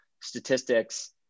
statistics